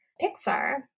Pixar